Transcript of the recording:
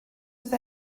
oedd